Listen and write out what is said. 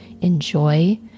enjoy